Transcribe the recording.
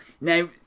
Now